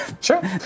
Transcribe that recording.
Sure